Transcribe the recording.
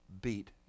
beat